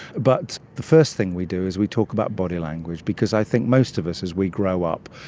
but the first thing we do is we talk about body language because i think most of us as we grow up,